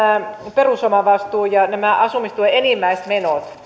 perusomavastuu ja mitkä ovat asumistuen enimmäismenot